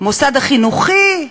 המוסד החינוכי,